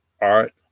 Art